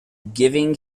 giving